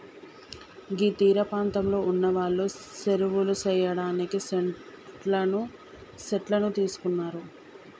గీ తీరపాంతంలో ఉన్నవాళ్లు సెరువులు సెయ్యడానికి సెట్లను తీస్తున్నరు